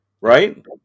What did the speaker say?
right